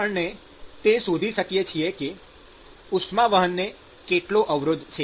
આપણે તે શોધી શકીએ છીએ કે ઉષ્માવહનને કેટલો અવરોધ છે